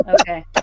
Okay